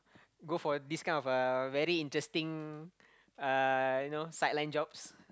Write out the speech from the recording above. go for this kind of uh very interesting uh you know side line jobs